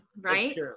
Right